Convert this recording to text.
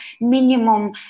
minimum